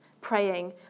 praying